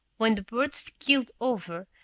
when the birds keeled over,